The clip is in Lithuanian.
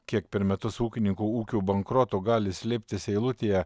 kiek per metus ūkininkų ūkių bankrotų gali slėptis eilutėje